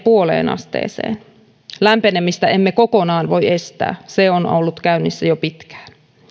viiteen asteeseen lämpenemistä emme kokonaan voi estää se on ollut käynnissä jo pitkään